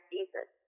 Jesus